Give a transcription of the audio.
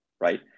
Right